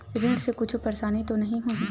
ऋण से कुछु परेशानी तो नहीं होही?